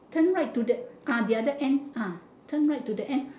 turn right to the ah the other end ah turn right to the end